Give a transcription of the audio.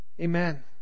Amen